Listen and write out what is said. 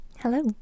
Hello